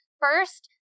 First